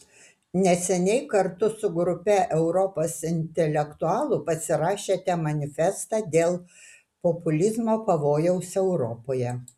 neseniai kartu su grupe europos intelektualų pasirašėte manifestą dėl populizmo pavojaus europoje